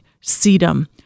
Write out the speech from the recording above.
Sedum